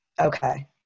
Okay